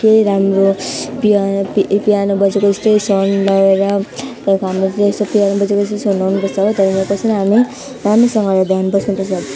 केही राम्रो piano piano बजेको जस्तो साउन्ड लगाएर तर हाम्रो चाहिँ यस्तो पियानो बजेको जस्तो साउन्ड लगाउनु पर्छ हो तर पछि हामी राम्रोसँगले ध्यान बस्नु पर्छ